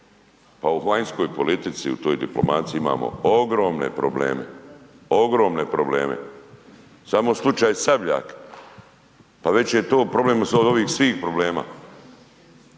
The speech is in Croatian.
A u vanjskoj politici u toj diplomaciji imamo ogromne probleme, ogromne probleme. Samo slučaj Sabljak pa veći je to problem od ovih svih problema.